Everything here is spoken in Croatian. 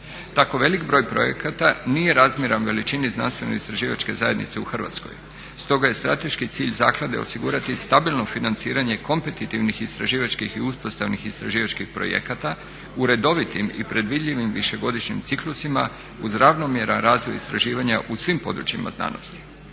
Tako velik broj projekata nije razmjeran veličini znanstveno-istraživačke zajednice u Hrvatskoj, stoga je strateški cilj zaklade osigurati stabilno financiranje kompetitivnih istraživačkih i uspostavnih istraživačkih projekata u redovitim i predvidljivim višegodišnjim ciklusima uz ravnomjeran razvoj istraživanja u svim područjima znanosti.